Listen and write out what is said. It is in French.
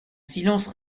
silence